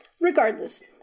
Regardless